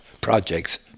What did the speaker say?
projects